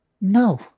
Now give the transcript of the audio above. No